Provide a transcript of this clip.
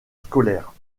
scolaire